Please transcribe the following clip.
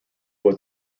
was